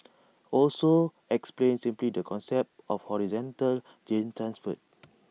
also explained simply the concept of horizontal gene transfer